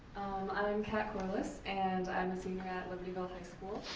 i am kat quillis and i'm a senior at libertyville high school.